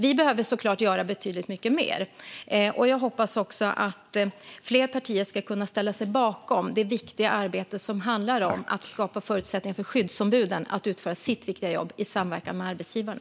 Vi behöver såklart göra betydligt mycket mer. Jag hoppas att fler partier ska kunna ställa sig bakom det viktiga arbete som handlar om att skapa förutsättningar för skyddsombuden att göra sitt viktiga jobb i samverkan med arbetsgivarna.